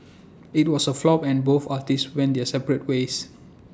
IT was A flop and both artists went their separate ways